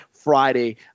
Friday